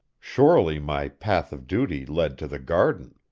surely my path of duty led to the garden.